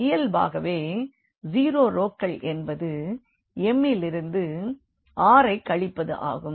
இயல்பாகவே ஜீரோ ரோக்கள் என்பது m லிருந்து r ஐ கழிப்பது ஆகும்